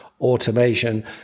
automation